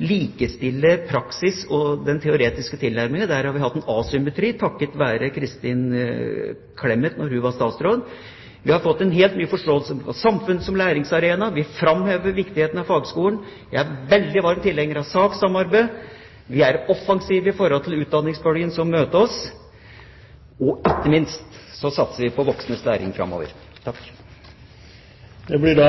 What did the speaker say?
likestiller praksis og teori. Der har vi hatt en asymmetri, takket være Kristin Clemet da hun var statsråd. Vi har fått en helt ny forståelse av samfunnet som læringsarena, og vi framhever viktigheten av fagskolen. Jeg er en veldig varm tilhenger av det såkalte SAK – samarbeid, arbeidsdeling og konsentrasjon. Vi er offensive i forhold til utdanningsbølgen som møter oss, og ikke minst satser vi på voksnes læring framover. Det blir